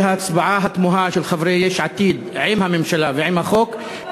ההצבעה התמוהה של חברי יש עתיד עם הממשלה ועם החוק,